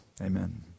Amen